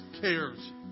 cares